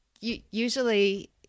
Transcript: Usually